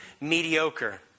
mediocre